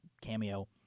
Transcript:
cameo